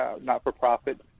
not-for-profit